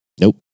Nope